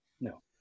No